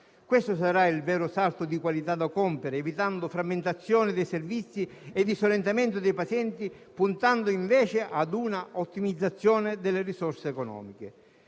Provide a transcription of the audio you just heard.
Questo sarà il vero salto di qualità da compere, evitando la frammentazione dei servizi e il disorientamento dei pazienti, puntando invece ad una ottimizzazione delle risorse economiche.